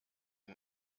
den